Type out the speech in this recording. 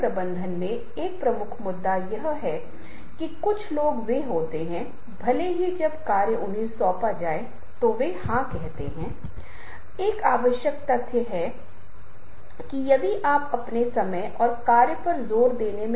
अब जो लोग इस विशेष प्रस्तुति को देख रहे होंगे संभवतः वे लोग हैं जो एक दो प्रस्तुतियाँ बनाने में रुचि रखते हैं और उन्हें लगता है कि हो सकता है कि वे कुछ चीजें सीखेंगे अथवा उन चीजों को बनाने में उनकी मदद करेंगे